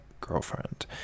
girlfriend